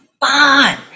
fun